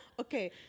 Okay